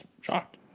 shocked